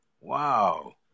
Wow